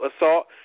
assault